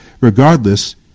regardless